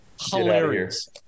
hilarious